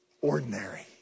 ordinary